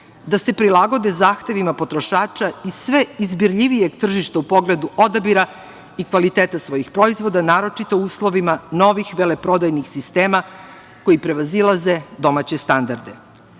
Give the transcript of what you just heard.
da se prilagode zahtevima potrošača i sve izbirljivijeg tržišta u pogledu odabira i kvaliteta svojih proizvoda naročito u uslovima novih veleprodajnih sistema koji prevazilaze domaće